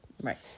Right